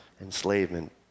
enslavement